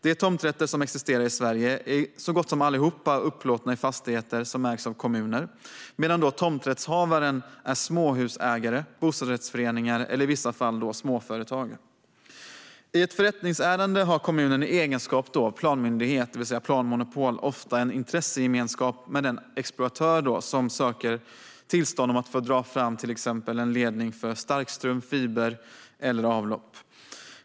De tomträtter som existerar i Sverige är så gott som allihop upplåtna i fastigheter som ägs av kommuner, medan tomträttshavaren är småhusägare, bostadsrättsföreningar eller i vissa fall småföretag. I ett förrättningsärende har kommunen i egenskap av planmyndighet, med planmonopol, ofta en intressegemenskap med den exploatör som söker tillstånd för att få dra fram till exempel en ledning för starkström, fiber eller avlopp.